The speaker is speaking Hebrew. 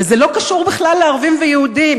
וזה לא קשור בכלל לערבים ויהודים.